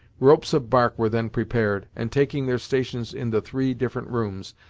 ropes of bark were then prepared, and taking their stations in the three different rooms,